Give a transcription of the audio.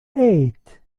eight